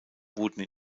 wurden